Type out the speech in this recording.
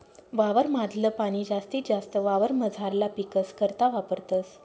वावर माधल पाणी जास्तीत जास्त वावरमझारला पीकस करता वापरतस